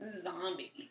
zombie